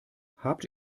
habt